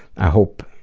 i hope